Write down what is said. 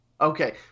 Okay